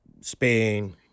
Spain